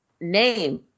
name